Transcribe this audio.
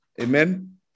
Amen